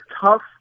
tough